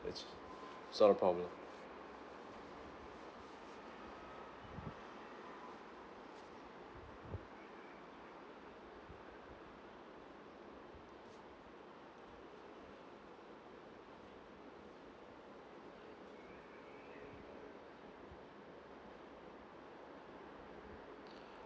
yes it's not a problem